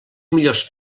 millors